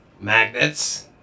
Magnets